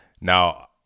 Now